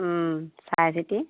চাই চিতি